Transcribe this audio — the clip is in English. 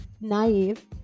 naive